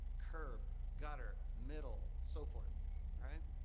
curb, gutter, middle, so forth, all right?